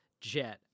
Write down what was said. jet